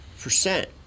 percent